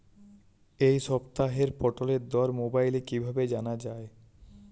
এই সপ্তাহের পটলের দর মোবাইলে কিভাবে জানা যায়?